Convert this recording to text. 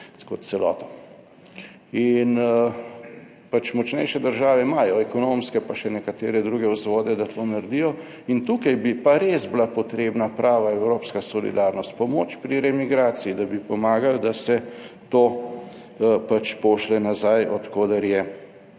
kot celoto. In pač močnejše države imajo ekonomske, pa še nekatere druge vzvode, da to naredijo in tukaj bi pa res bila potrebna prava evropska solidarnost, pomoč pri remigraciji, da bi pomagali, da se to pač pošlje nazaj, od koder je